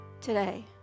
today